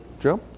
Joe